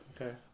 Okay